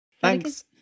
Thanks